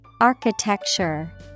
Architecture